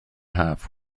haf